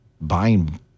buying